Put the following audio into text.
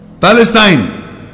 Palestine